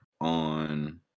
on